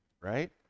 right